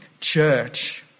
church